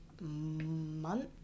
month